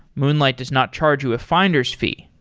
moonlight does not charge you a finder's fee.